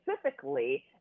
specifically